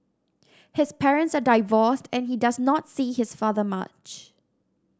his parents are divorced and he does not see his father much